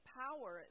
power